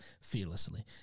fearlessly